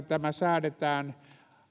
tämä säädetään